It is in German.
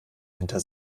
hinter